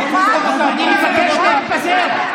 אני מבקש להתפזר.